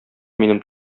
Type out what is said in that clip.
минем